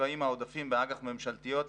מושקעים העודפים באג"ח ממשלתיות,